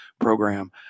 program